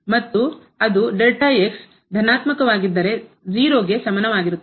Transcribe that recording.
ಮತ್ತುಅದು ಧನಾತ್ಮಕವಾಗಿದ್ದರೆ 0 ಕ್ಕೆ ಸಮನಾಗಿರುತ್ತದೆ